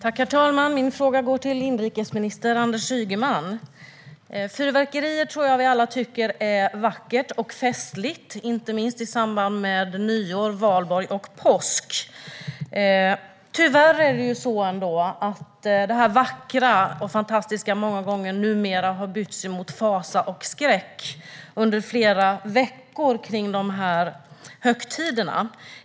Herr talman! Min fråga går till inrikesminister Anders Ygeman. Fyrverkerier tycker vi nog alla är vackert och festligt, inte minst i samband med nyår, valborg och påsk. Tyvärr byts det fantastiska och vackra numera många gånger ut mot fasa och skräck under flera veckor kring dessa högtider.